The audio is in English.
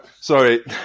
Sorry